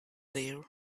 there